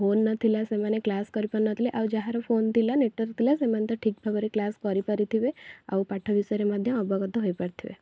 phone ନଥିଲା ସେମାନେ class କରିପାରୁ ନ ଥିଲେ ଆଉ ଯାହାର ଫୋନ ଥିଲା ନେଟୱାର୍କ୍ ଥିଲା ସେମାନେ ତ ଠିକ୍ ଭାବରେ କ୍ଲାସ୍ କରିପାରିଥିବେ ଆଉ ପାଠ ବିଷୟରେ ମଧ୍ୟ ଅବଗତ ହୋଇପାରିଥିବେ